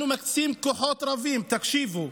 אנחנו מקצים כוחות רבים" תקשיבו,